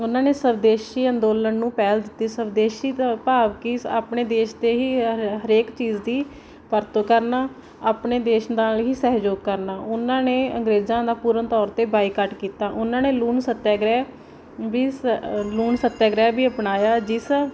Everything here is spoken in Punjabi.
ਉਹਨਾਂ ਨੇ ਸਵਦੇਸ਼ੀ ਅੰਦੋਲਨ ਨੂੰ ਪਹਿਲ ਦਿੱਤੀ ਸਵਦੇਸ਼ੀ ਦਾ ਭਾਵ ਕਿ ਆਪਣੇ ਦੇਸ਼ ਦੇ ਹੀ ਹ ਹਰੇਕ ਚੀਜ਼ ਦੀ ਵਰਤੋਂ ਕਰਨਾ ਆਪਣੇ ਦੇਸ਼ ਨਾਲ ਹੀ ਸਹਿਯੋਗ ਕਰਨਾ ਉਹਨਾਂ ਨੇ ਅੰਗਰੇਜ਼ਾਂ ਦਾ ਪੂਰਨ ਤੌਰ 'ਤੇ ਬਾਈਕਾਟ ਕੀਤਾ ਉਹਨਾਂ ਨੇ ਲੂਣ ਸੱਤਿਆਗ੍ਰਹਿ ਵੀ ਸ ਲੂਣ ਸੱਤਿਆਗ੍ਰਹਿ ਵੀ ਅਪਣਾਇਆ ਜਿਸ